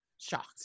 shocked